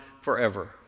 forever